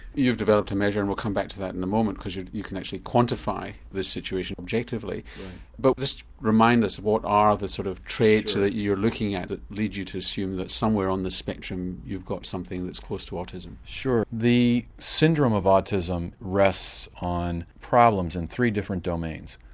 you've developed a measure and we'll come back to that in a moment cause you you can actually quantify this situation objectively but just remind us what are the sort of traits that you're looking at that lead you to assume that somewhere on the spectrum you've got something that's close to autism. sure, the syndrome of autism rests on problems in three different domains.